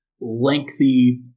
Lengthy